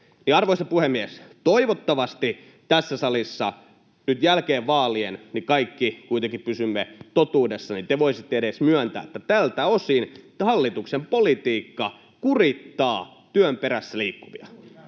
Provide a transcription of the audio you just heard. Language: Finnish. arvoisa puhemies, niin toivottavasti tässä salissa nyt vaalien jälkeen kaikki kuitenkin pysymme totuudessa. Te voisitte edes myöntää, että tältä osin hallituksen politiikka kurittaa työn perässä liikkuvia